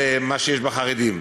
למה שיש לחרדים.